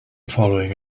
following